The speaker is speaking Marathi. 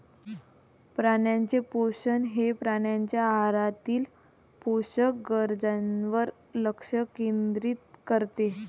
प्राण्यांचे पोषण हे प्राण्यांच्या आहारातील पोषक गरजांवर लक्ष केंद्रित करते